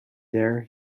there